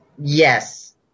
Yes